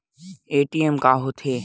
ATM का होथे?